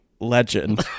legend